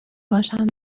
باشند